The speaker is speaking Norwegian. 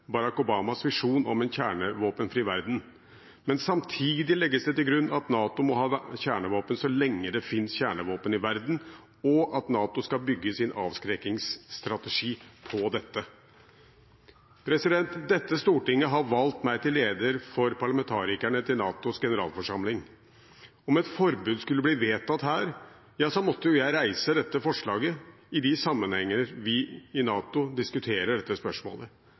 Barack Obamas visjon om en kjernevåpenfri verden, ifølge Stoltenberg. Men samtidig legges det til grunn at NATO må ha kjernevåpen «så lenge det fins kjernevåpen i verden», og at NATO skal bygge sin avskrekkingsstrategi på dette, sier han.» Dette stortinget har valgt meg til leder for parlamentarikerne til NATOs generalforsamling. Om et forbud skulle bli vedtatt her, måtte jo jeg reise dette forslaget i de sammenhenger vi i NATO diskuterer dette spørsmålet.